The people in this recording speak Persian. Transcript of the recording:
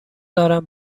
دارم